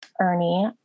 Ernie